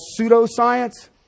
pseudoscience